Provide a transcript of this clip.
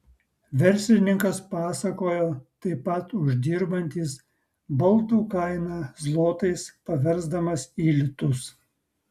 verslininkas pasakojo taip pat uždirbantis baldų kainą zlotais paversdamas į litus